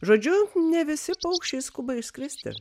žodžiu ne visi paukščiai skuba išskristi